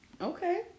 Okay